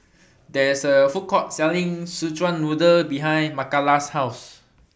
There IS A Food Court Selling Szechuan Noodle behind Makala's House